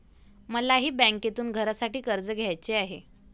मलाही बँकेतून घरासाठी कर्ज घ्यायचे आहे